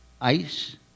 ice